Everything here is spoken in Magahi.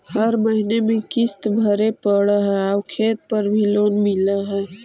हर महीने में किस्त भरेपरहै आउ खेत पर भी लोन मिल है?